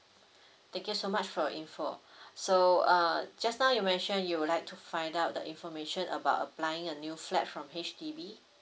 thank you so much for your info so err just now you mentioned you would like to find out the information about applying a new flat from H_D_B